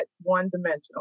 one-dimensional